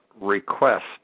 request